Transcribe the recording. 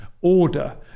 order